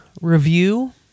review